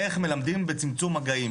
איך מלמדים בצמצום מגעים?